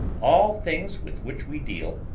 all things with which we deal,